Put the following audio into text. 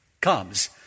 comes